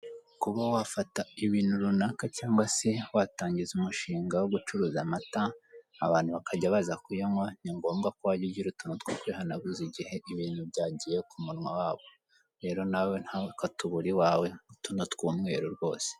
Kuba wafata ibintu runaka cyangwa se watangiza umushinga wo gucuruza amata, abantu bakajya baza kuyanywa ni ngombwa ko wajya ugira utuntu two kwihanaguza igihe ibintu byagiye ku munwa wa bo. Rero nawe ntukatubure iwawe tuno tw'umweru rwose.